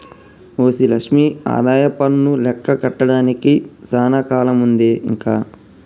OC Lakshmi ఆదాయపన్ను లెక్క కట్టడానికి సానా కాలముందే ఇంక